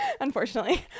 unfortunately